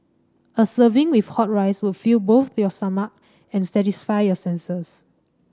a serving with hot rice would both fill your stomach and satisfy your senses